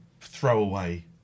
throwaway